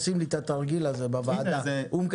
יש כמה שעושים לי את התרגיל הזה בוועדה: אדם